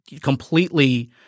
completely